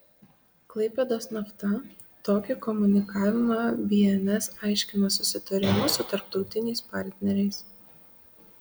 klaipėdos nafta tokį komunikavimą bns aiškino susitarimu su tarptautiniais partneriais